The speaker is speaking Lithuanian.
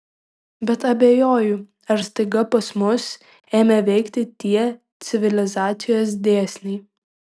bet abejoju ar staiga pas mus ėmė veikti tie civilizacijos dėsniai